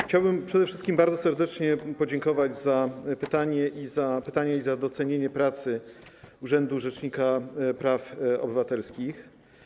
Chciałbym przede wszystkim bardzo serdecznie podziękować za pytania i za docenienie pracy urzędu rzecznika praw obywatelskich.